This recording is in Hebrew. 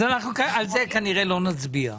אז על זה, כנראה, לא נצביע.